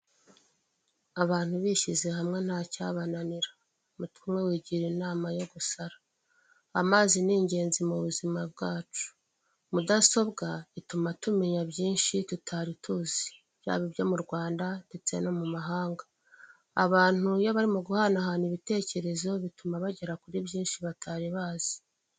Abantu bishyize hamwe ntacyabananira, umutwe umwe wigira inama yo gusara, amazi ni ingenzi mu buzima bwacu. Mudasobwa ituma tumenya byinshi tutari tuzi, yaba ibyo mu Rwanda ndetse no mu mahanga. Abantu iyo barimo guhanahana ibitekerezo bituma bagera kuri byinshi batari bazi.